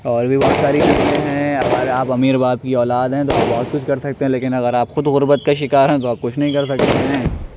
اور بھی بہت ساری چیزیں ہیں آپ امیر باپ کی اولاد ہیں تو آپ بہت کچھ کر سکتے ہیں لیکن اگر آپ خود غربت کا شکار ہیں تو آپ کچھ نہیں کر سکتے ہیں